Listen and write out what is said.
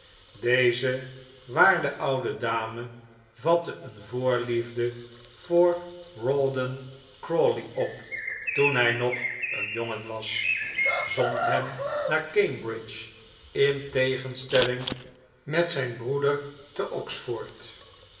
deze waarde oude dame vatte een voorliefde voor rawdon crawley op toen hij nog een jongen was zond hem naar cambridge in tegenstelling met zijn broeder te oxford